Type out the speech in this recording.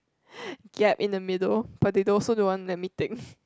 gap in the middle but they also don't want let me take